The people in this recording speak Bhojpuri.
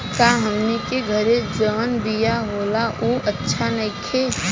का हमनी के घरे जवन बिया होला उ अच्छा नईखे?